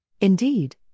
Indeed